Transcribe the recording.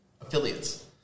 Affiliates